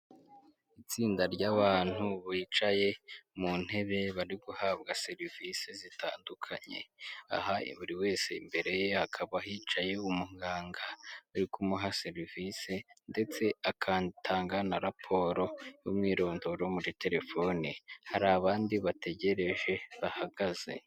Itsinda ry'abantu bicaye mu ntebe bari guhabwa serivisi zitandukanye, aha buri wese imbere ye hakaba hicaye umuganga ari kumuha serivisi ndetse akatanga na raporo y'umwirondoro muri telefone hari abandi bategereje bahagaze.